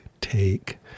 take